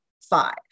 five